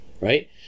Right